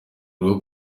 rwo